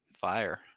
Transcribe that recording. fire